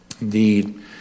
Indeed